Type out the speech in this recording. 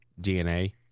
DNA